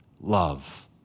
love